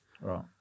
Right